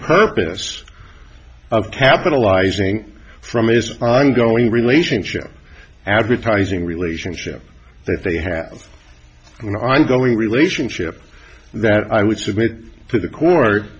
purpose of capitalizing from is ongoing relationship advertising relationship that they have you know i'm going relationship that i would submit to the court